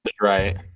Right